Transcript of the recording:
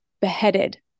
beheaded